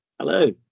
Hello